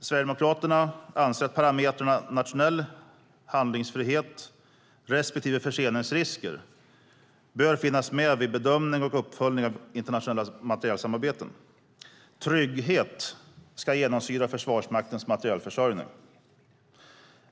Sverigedemokraterna anser att parametrarna nationell handlingsfrihet respektive förseningsrisker bör finnas med vid bedömning och uppföljning av internationella materielsamarbeten. Trygghet ska genomsyra Försvarsmaktens materielförsörjning.